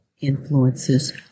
influences